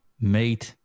made